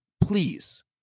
please